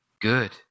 Good